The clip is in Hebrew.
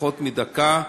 פחות מדקה.